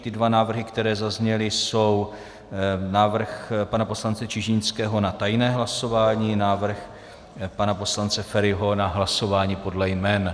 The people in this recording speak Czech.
Ty dva návrhy, které zazněly, jsou návrh pana poslance Čižinského na tajné hlasování, návrh pana poslance Feriho na hlasování podle jmen.